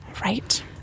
right